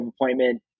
appointment